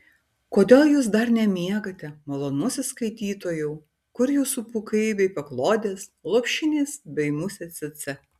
kodėl jūs dar nemiegate malonusis skaitytojau kur jūsų pūkai bei paklodės lopšinės bei musė cėcė